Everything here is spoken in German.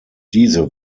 diese